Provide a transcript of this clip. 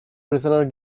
prisoner